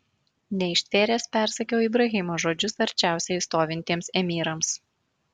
neištvėręs persakiau ibrahimo žodžius arčiausiai stovintiems emyrams